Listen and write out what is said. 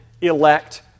elect